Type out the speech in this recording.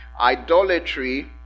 idolatry